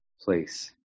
place